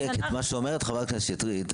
אני מתקן אני מה שאומרת חברת הכנסת שטרית.